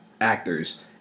actors